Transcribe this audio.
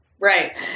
Right